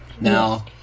now